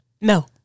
No